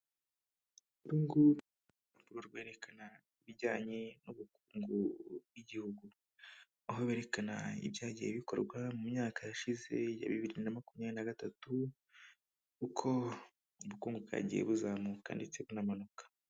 Urunguru rwerekana ibijyanye n'ubuku bw'igihugu, aho berekana ibyagiye bikorwa mu myaka yashize ya bibiri na makumyabiri nagatatu uko ubukungu bwagiye buzamuka ndetse bunamanuka.